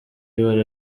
ibara